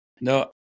No